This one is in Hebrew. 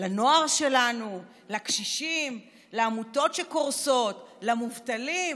לנוער שלנו, לקשישים, לעמותות שקורסות, למובטלים?